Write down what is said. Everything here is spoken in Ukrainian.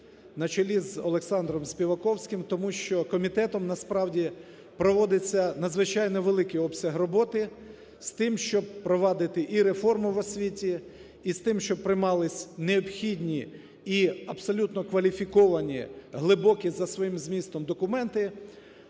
на чолі із Олександром Співаковським, тому що комітетом, насправді, проводиться надзвичайно великий обсяг роботи з тим, що впровадити і реформу в освіті, і з тим, щоб приймалися необхідні і абсолютно кваліфіковані, глибокі за своїм змістом документи.